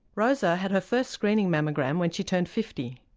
rosa had her first screening mammogram when she turned fifty.